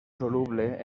soluble